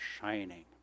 shining